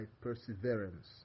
perseverance